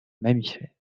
mammifères